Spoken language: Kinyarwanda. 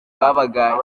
babaga